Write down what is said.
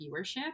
viewership